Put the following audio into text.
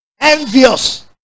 Envious